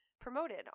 promoted